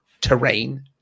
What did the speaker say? terrain